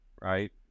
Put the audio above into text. Right